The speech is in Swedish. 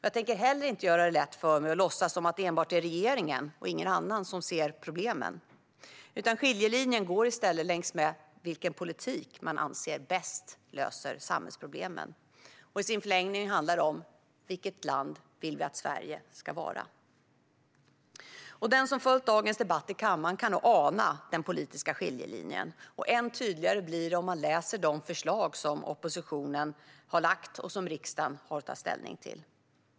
Jag tänker heller inte göra det lätt för mig och låtsas som att det enbart är regeringen och ingen annan som ser problemen. Skillnaderna handlar i stället om vilken politik man anser bäst löser samhällsproblemen, och i förlängningen handlar det om vilket land vi vill att Sverige ska vara. Den som följt dagens debatt i kammaren kan nog ana den politiska skiljelinjen. Än tydligare blir det om man läser de förslag som oppositionen har lagt fram och som riksdagen har att ta ställning till.